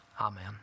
Amen